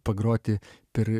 pagroti per